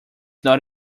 not